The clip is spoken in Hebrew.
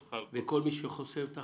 החוק), ובאישור ועדת